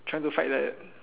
trying to fight that